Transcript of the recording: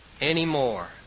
anymore